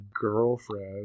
girlfriend